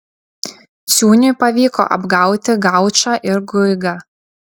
ciūniui pavyko apgauti gaučą ir guigą